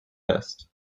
best